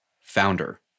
founder